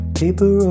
paper